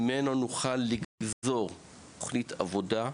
ממנו נוכל לגזור תוכנית עבודה להמשך,